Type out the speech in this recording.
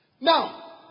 Now